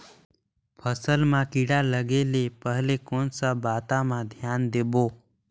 फसल मां किड़ा लगे ले पहले कोन सा बाता मां धियान देबो?